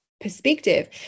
perspective